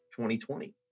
2020